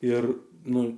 ir nu